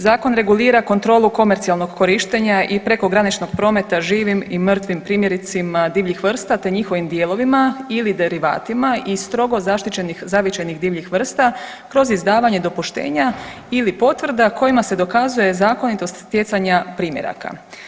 Zakon regulira kontrolu komercijalnog korištenja i prekograničnog prometa živim i mrtvim primjercima divljih vrsta te njihovim dijelovima ili derivatima i strogo zaštićenih zavičajnih divljih vrsta kroz izdavanje dopuštenja ili potvrda kojima se dokazuje zakonitost stjecanja primjeraka.